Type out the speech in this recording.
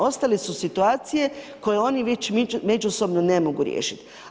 Ostali su situacije koje oni već međusobno ne mogu riješiti.